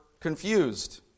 confused